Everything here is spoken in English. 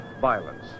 violence